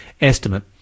estimate